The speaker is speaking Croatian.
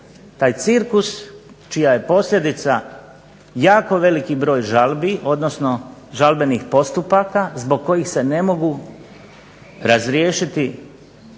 Taj cirkus čija je posljedica jako veliki broj žalbi, odnosno žalbenih postupaka zbog kojih se ne mogu razriješiti